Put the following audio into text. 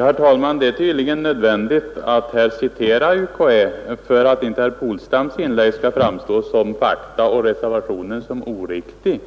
Herr talman! För att inte herr Polstams inlägg skall framstå som fakta och reservationen som oriktig